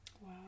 Wow